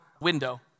window